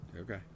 Okay